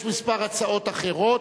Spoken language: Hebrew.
יש כמה הצעות אחרות.